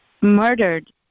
murdered